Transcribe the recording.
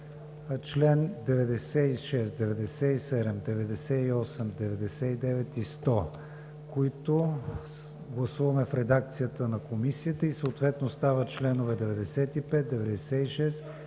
чл. 96, 97, 98, 99 и 100, които гласуваме в редакцията на Комисията и съответно стават чл. 95, 96,